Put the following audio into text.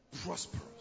prosperous